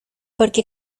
porque